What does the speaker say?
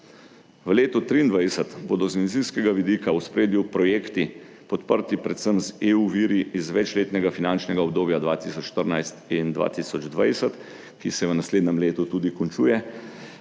V letu 2023 bodo z revizijskega vidika v ospredju projekti, podprti predvsem z EU viri iz večletnega finančnega obdobja 2014-2020, ki se v naslednjem letu tudi končuje,